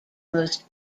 most